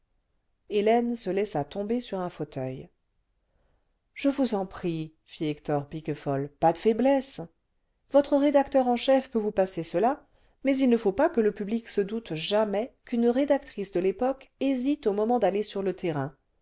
hélène se laissa tomber sur un fauteuil je vous en prie fit hector piquefol pas de faiblesse votre rédacteur en chef peut vous passer cela mais il ne faut pas que le public se doute jamais qu'une rédactrice de yépoque hésite au moment d'aller sur le terrain